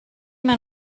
maen